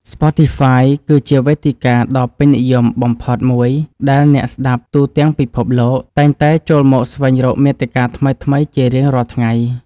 ស្ប៉ូទីហ្វាយគឺជាវេទិកាដ៏ពេញនិយមបំផុតមួយដែលអ្នកស្តាប់ទូទាំងពិភពលោកតែងតែចូលមកស្វែងរកមាតិកាថ្មីៗជារៀងរាល់ថ្ងៃ។